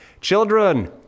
Children